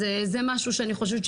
אז זה משהו שאני חושבת,